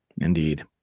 Indeed